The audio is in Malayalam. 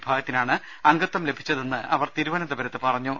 വിഭാഗത്തിനാണ് അംഗത്വം ലഭിച്ചതെന്ന് അവർ തിരുവനന്തപുരത്ത് പറഞ്ഞു